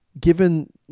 given